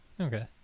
Okay